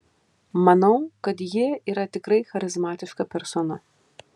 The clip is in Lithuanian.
manau kad ji yra tikrai charizmatiška persona